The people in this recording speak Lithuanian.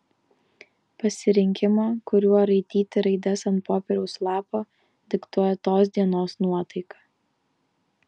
pasirinkimą kuriuo raityti raides ant popieriaus lapo diktuoja tos dienos nuotaika